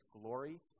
glory